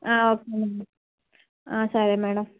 okay madam సరే madam